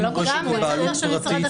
אם הוא רשת בבעלות פרטית?